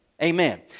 Amen